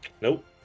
Nope